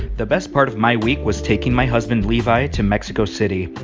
the best part of my week was taking my husband levi to mexico city.